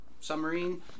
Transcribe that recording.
submarine